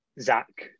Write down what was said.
Zach